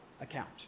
account